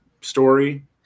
story